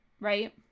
Right